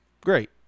Great